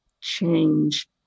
change